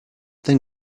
then